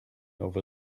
over